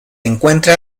encuentra